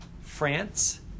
France